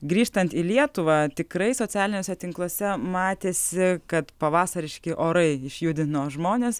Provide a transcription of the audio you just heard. grįžtant į lietuvą tikrai socialiniuose tinkluose matėsi kad pavasariški orai išjudino žmones